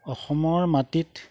অসমৰ মাটিত